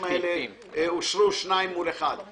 הסעיפים האלה אושרו שניים מול אחד.